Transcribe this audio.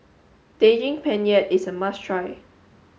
Daging Penyet is a must try